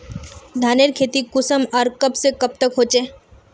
धानेर खेती कुंसम आर कब से कब तक होचे?